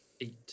Eight